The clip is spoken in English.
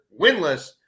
winless